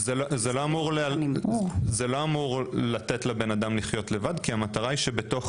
המלגות לא אמורות לתת לבן האדם לחיות לבד כי המטרה היא שגם תוך